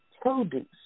Produce